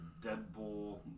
Deadpool